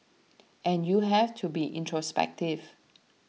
and you have to be introspective